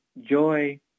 joy